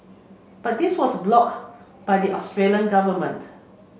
but this was blocked by the Australian government